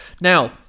Now